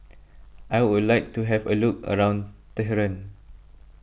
I would like to have a look around Tehran